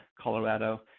Colorado